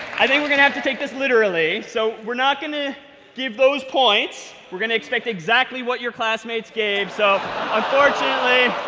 i think we're going to have to take this literally. so we're not going to give those points. we're going to expect exactly what your classmates gave. so unfortunately,